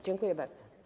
Dziękuję bardzo.